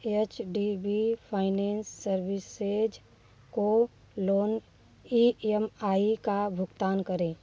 H D B finance services को loan E M I का भुगतान करें